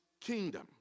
kingdom